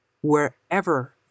wherever